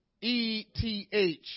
E-T-H